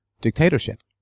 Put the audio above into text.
dictatorship